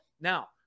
Now